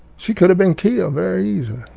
she could've been killed very easily.